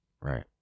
Right